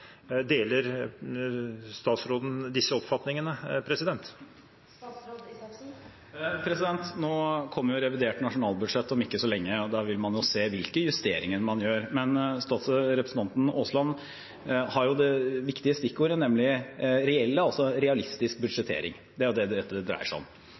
Deler statsråden disse oppfatningene? Revidert nasjonalbudsjett kommer om ikke så lenge, og da vil man se hvilke justeringer man gjør. Men representanten Aasland sier noe viktig, nemlig om realistisk budsjettering. Det er jo det dette dreier seg om. Dette dreier seg om